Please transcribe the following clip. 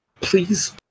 Please